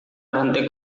berhenti